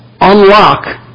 unlock